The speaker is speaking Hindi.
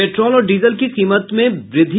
पेट्रोल और डीजल की कीमत में हुई वृद्धि